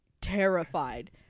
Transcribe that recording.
terrified